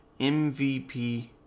MVP